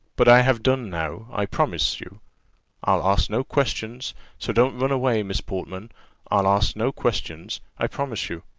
but i have done now, i promise you i'll ask no questions so don't run away, miss portman i'll ask no questions, i promise you.